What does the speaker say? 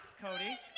Cody